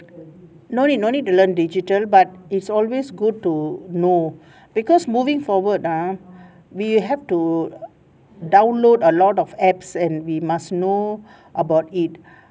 no need no need to learn digital but it's always good to know because moving forward ah we have to download a lot of apps and we must know about it